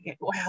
wow